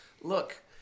look